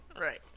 Right